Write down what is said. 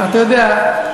יהיו תיקונים.